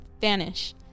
vanish